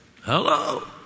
Hello